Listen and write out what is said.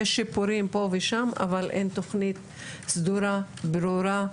יש שיפורים פה ושם אבל אין תוכנית סדורה ברורה,